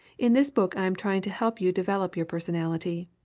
in this book i am trying to help you develop your personality,